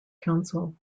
council